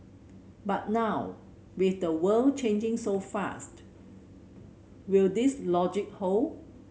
but now with the world changing so fast will this logic hold